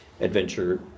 adventure